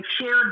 shared